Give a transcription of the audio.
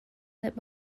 that